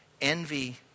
Envy